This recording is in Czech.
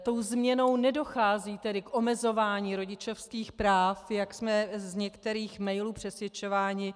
Tou změnou nedochází k omezování rodičovských práv, jak jsme z některých mailů přesvědčováni.